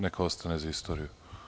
Neka ostane za istoriju.